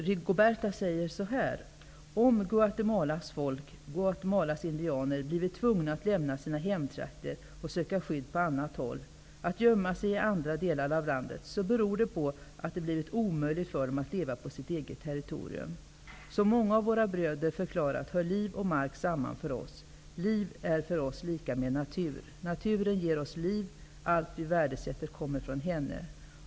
Rigoberta säger så här: ''Om Guatemalas folk, Guatemalas indianer, blivit tvungna att lämna sina hemtrakter och söka skydd på annat håll, att gömma sig i andra delar av landet, så beror det på att det blivit omöjligt för dem att leva på sitt eget territorium. Som många av våra bröder förklarat hör liv och mark samman för oss. Liv är för oss lika med Natur. Naturen ger oss liv, allt vi värdesätter kommer från henne.